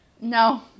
No